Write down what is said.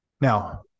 Now